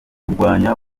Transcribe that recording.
kurwanya